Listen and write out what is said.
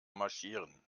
marschieren